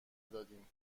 دادیم